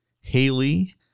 Haley